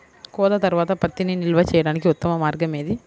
కోత తర్వాత పత్తిని నిల్వ చేయడానికి ఉత్తమ మార్గం ఏది?